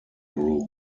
group